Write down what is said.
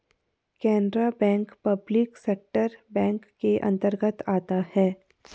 Canara bank public sector bank के अंतर्गत आता है